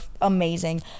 amazing